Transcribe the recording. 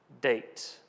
date